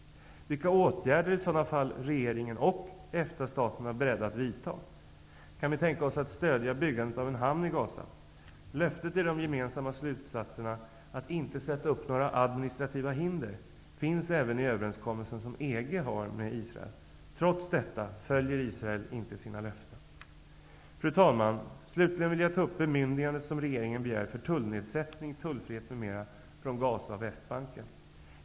Vilka åtgärder är i sådana fall regeringen och EFTA-staterna beredda att vidta? Kan vi tänka oss att stödja byggandet av en hamn i Gaza? Löftet i de gemensamma slutsatserna, att inte sätta upp några administrativa hinder, finns även i överenskommelsen som EG har med Israel. Trots detta håller Israel inte sina löften. Fru talman! Slutligen vill jag ta upp bemyndigandet som regeringen begär för tullnedsättning, tullfrihet m.m. från Gaza och Västbanken.